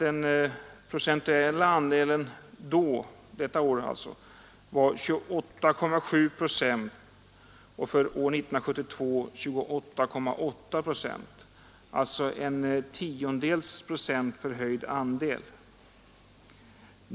Den procentuella andelen detta år var 28,7 procent mot 28,8 procent för år 1972, alltså en tiondels procent förhöjd andel.